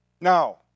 Now